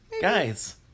guys